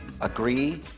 Agree